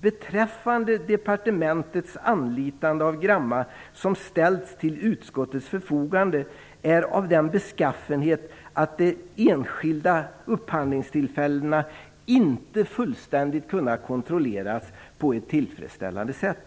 beträffande departementets anlitande av Gramma som ställts till utskottets förfogande är av den beskaffenheten att de enskilda upphandlingstillfällena inte fullständigt kunnat kontrolleras på ett tillfredsställande sätt.